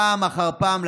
פעם אחר פעם,